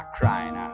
trying ah